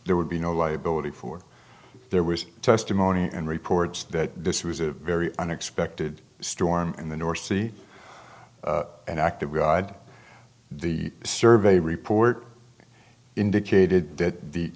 there would be no liability for there was testimony and reports that this was a very unexpected storm in the north sea an act of god the survey report indicated that the